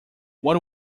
what